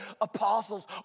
apostles